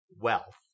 wealth